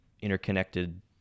interconnected